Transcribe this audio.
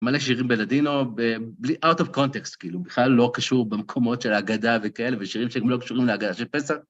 מלא שירים בלדינו, בלי, out of context כאילו, בכלל לא קשור במקומות של ההגדה וכאלה, ושירים שגם לא קשורים להגדה של פסח.